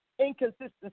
Inconsistency